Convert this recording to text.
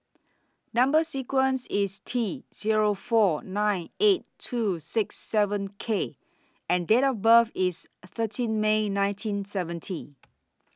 Number sequence IS T Zero four nine eight two six seven K and Date of birth IS thirteen May nineteen seventy